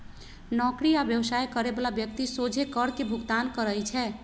नौकरी आ व्यवसाय करे बला व्यक्ति सोझे कर के भुगतान करइ छै